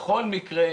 בכל מקרה,